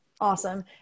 Awesome